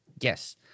Yes